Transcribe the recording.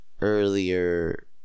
earlier